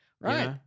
Right